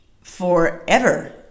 forever